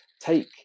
take